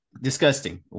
disgusting